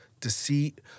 deceit